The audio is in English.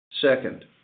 Second